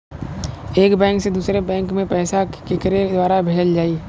एक बैंक से दूसरे बैंक मे पैसा केकरे द्वारा भेजल जाई?